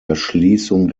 erschließung